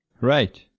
Right